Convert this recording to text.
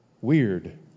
weird